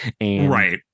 Right